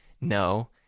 No